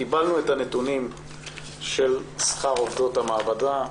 קיבלנו את הנתונים של שכר עובדות המעבדה.